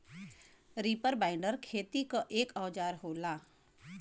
reaper binder खेती क एक औजार होला